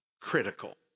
critical